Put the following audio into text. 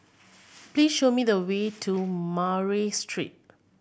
please show me the way to Murray Street